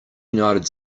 united